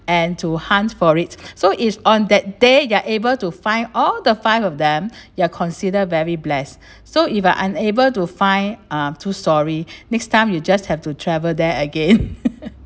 and to hunt for it so is on that day they are able to find all the five of them you are consider very bless so if I unable to find uh too sorry next time you just have to travel there again